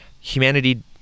humanity